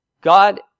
God